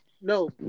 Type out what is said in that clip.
No